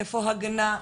איפה הגנה,